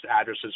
addresses